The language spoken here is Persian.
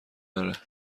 داره